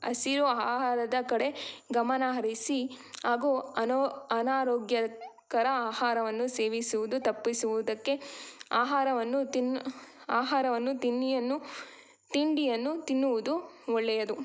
ಹಸಿರು ಆಹಾರದ ಕಡೆ ಗಮನ ಹರಿಸಿ ಹಾಗು ಅನೋ ಅನಾರೋಗ್ಯಕರ ಆಹಾರವನ್ನು ಸೇವಿಸುವುದು ತಪ್ಪಿಸುವುದಕ್ಕೆ ಆಹಾರವನ್ನು ತಿನ್ ಆಹಾರವನ್ನು ತಿನ್ನಿಯನ್ನು ತಿಂಡಿಯನ್ನು ತಿನ್ನುವುದು ಒಳ್ಳೆಯದು